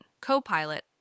Copilot